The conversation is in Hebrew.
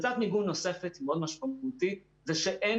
פרצת מיגון נוספת ומאוד משמעותית היא שאין